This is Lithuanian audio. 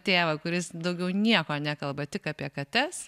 tėvą kuris daugiau nieko nekalba tik apie kates